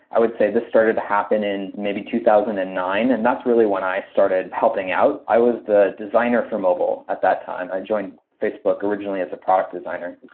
i would say this started happen in maybe two thousand and nine, and that's really when i started helping out. i was the designer for mobile at that time. i joined facebook originally as a product designer,